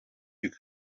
you